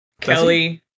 Kelly